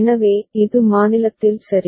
எனவே இது மாநிலத்தில் சரி